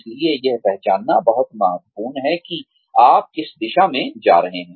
इसलिए यह पहचानना बहुत महत्वपूर्ण है कि आप किस दिशा में जा रहे हैं